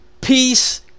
peace